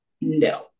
no